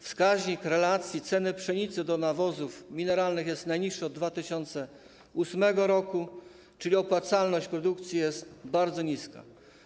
Wskaźnik relacji ceny pszenicy do nawozów mineralnych jest najniższy od 2008 r., czyli opłacalność produkcji jest bardzo niska.